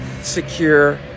secure